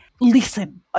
listen